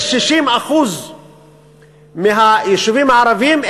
60% מהיישובים הערביים,